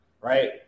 Right